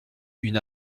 une